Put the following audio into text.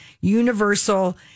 Universal